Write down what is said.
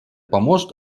поможет